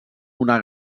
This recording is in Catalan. una